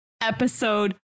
episode